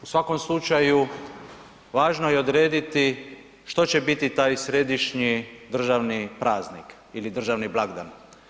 U svakom slučaju važno je odrediti što će biti taj središnji državni praznik ili državni blagdan.